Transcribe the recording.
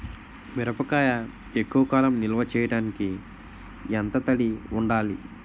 మిరపకాయ ఎక్కువ కాలం నిల్వ చేయటానికి ఎంత తడి ఉండాలి?